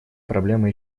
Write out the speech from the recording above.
проблемы